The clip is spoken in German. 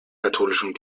katholischen